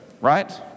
right